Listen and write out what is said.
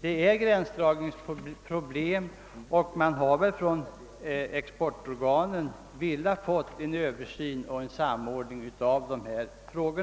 finns gränsdragningsproblem, och man har väl från exportorganen velat få en översyn och en samordning av dessa frågor.